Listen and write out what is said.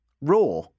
Raw